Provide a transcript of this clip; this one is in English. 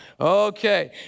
Okay